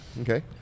okay